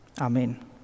Amen